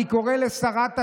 אני קורא לשרת התחבורה,